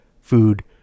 Food